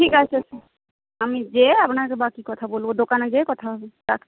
ঠিক আছে আমি গিয়ে আপনাকে বাকি কথা বলব দোকানে গিয়ে কথা হবে রাখছি